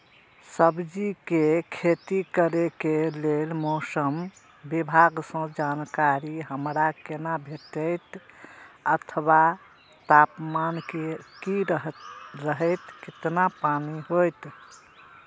सब्जीके खेती करे के लेल मौसम विभाग सँ जानकारी हमरा केना भेटैत अथवा तापमान की रहैत केतना पानी होयत?